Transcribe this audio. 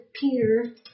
Peter